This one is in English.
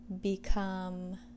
become